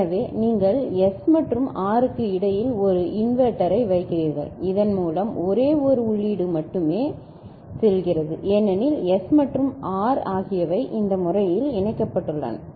எனவே நீங்கள் S மற்றும் R க்கு இடையில் ஒரு இன்வெர்ட்டரை வைக்கிறீர்கள் இதன் மூலம் ஒரே ஒரு உள்ளீடு மட்டுமே ஆகிறது ஏனெனில் S மற்றும் R ஆகியவை இந்த முறையில் இணைக்கப்பட்டுள்ளன